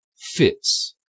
fits